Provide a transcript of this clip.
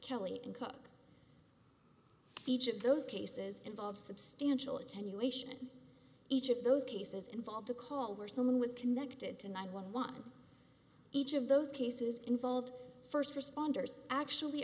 kelly and cooke each of those cases involve substantial attenuation each of those cases involved a call where someone was connected to nine one one each of those cases involved first responders actually